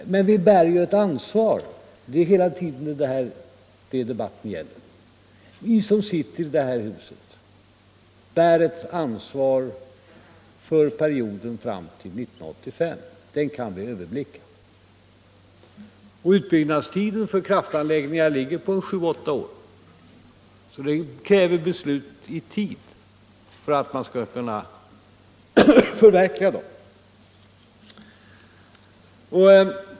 Men vi bär ju ett ansvar — det är hela tiden det som debatten gäller. Vi i det här huset bär ett ansvar för perioden fram till 1985. Den kan vi överblicka. Utbyggnadstiden för kraftanläggningar ligger på sju åtta år. Därför krävs beslut i tid för att man skall kunna förverkliga dem.